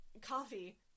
Coffee